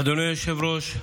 אדוני היושב-ראש,